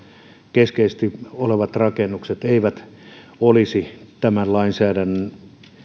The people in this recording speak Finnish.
keskeisesti liittyvät rakennukset eivät olisi tämän lainsäädännön